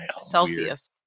Celsius